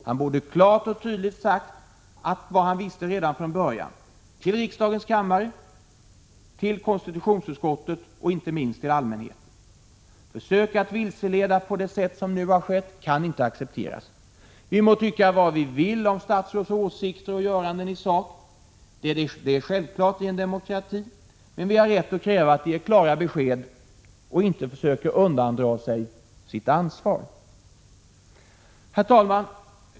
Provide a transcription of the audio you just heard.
Han borde klart och tydligt ha sagt vad han visste redan från början — till riksdagens kammare, till konstitutionsutskottet och inte minst till allmänheten. Försök att vilseleda på det sätt som har skett kan inte accepteras. Vi må tycka vad vi vill om statsråds åsikter och göranden i sak — det är självklart i en demokrati — men vi har rätt att kräva att de ger klara besked och inte försöker undandra sig sitt ansvar. Herr talman!